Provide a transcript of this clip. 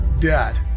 Dad